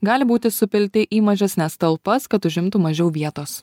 gali būti supilti į mažesnes talpas kad užimtų mažiau vietos